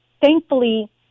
Thankfully